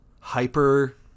hyper